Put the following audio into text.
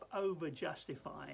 over-justifying